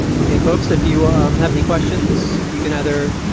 okay folks if you ah um have any questions you can either